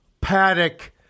paddock